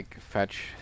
fetch